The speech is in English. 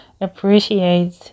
appreciate